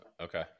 okay